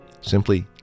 Simply